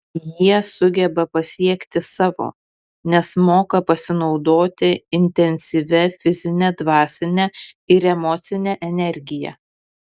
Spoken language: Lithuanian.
jie sugeba pasiekti savo nes moka pasinaudoti intensyvia fizine dvasine ir emocine energija